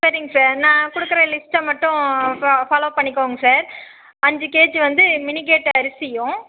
சரிங்க சார் நான் கொடுக்குற லிஸ்ட்டை மட்டும் ஃபாலோ பண்ணிக்கங்க சார் அஞ்சு கேஜி வந்து மினி கேட்டு அரிசியும்